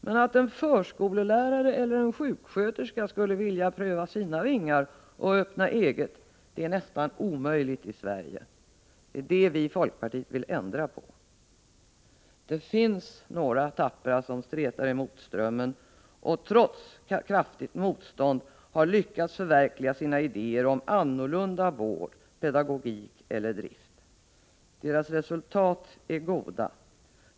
Men att en förskolelärare eller en sjuksköterska skulle vilja pröva sina vingar och öppna eget är nästan omöjligt i Sverige. Det är det vi i folkpartiet vill ändra på! Det finns några tappra som stretar emot strömmen och trots kraftigt motstånd har lyckats förverkliga sina idéer om annorlunda vård, pedagogik eller drift. Deras resultat är goda.